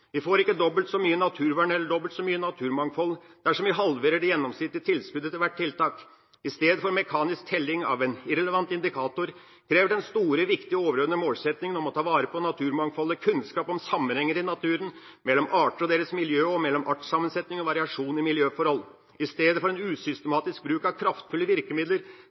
Vi får ikke dobbelt så mye naturvern eller dobbelt så mye naturmangfold dersom vi halverer det gjennomsnittlige tilskuddet til hvert tiltak. I stedet for mekanisk telling av en irrelevant indikator krever den store, viktige, overordnede målsettingen om å ta vare på naturmangfoldet kunnskap om sammenhenger i naturen, mellom arter og deres miljø og mellom artssammensetning og variasjon i miljøforhold. I stedet for en usystematisk bruk av kraftfulle virkemidler